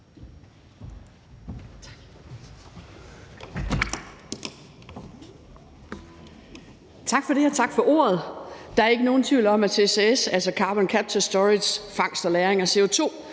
Tak for det, og tak for ordet. Der er ikke nogen tvivl om, at CCS, altså carbon capture and storage, fangst og lagring af CO2,